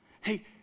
Hey